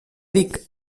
dic